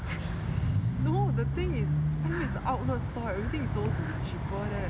no the thing is I_M_M is a outlet store everything is supposed to be cheaper leh